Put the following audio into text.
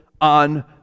on